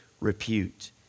repute